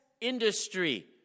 industry